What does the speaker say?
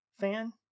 fan